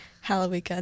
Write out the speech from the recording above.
Halloween